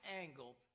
angle